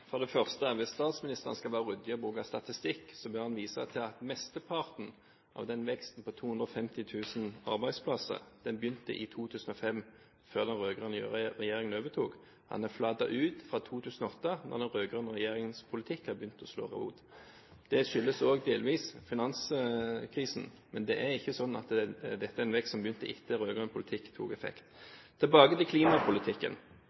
For det første: Hvis statsministeren skal være ryddig i å bruke statistikk, bør han vise til at mesteparten av den veksten på 250 000 arbeidsplasser begynte i 2005, før den rød-grønne regjeringen overtok. Den har flatet ut fra 2008, da den rød-grønne regjeringens politikk begynte å slå rot. Det skyldes også delvis finanskrisen. Men det er ikke sånn at dette er en vekst som begynte etter at rød-grønn politikk